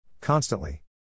Constantly